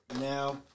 Now